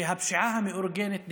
שהפשיעה המאורגנת נעלמה.